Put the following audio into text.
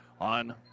On